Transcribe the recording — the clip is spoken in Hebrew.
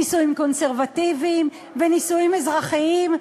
נישואים קונסרבטיביים ונישואים אזרחיים,